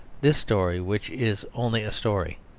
this story which is only a story.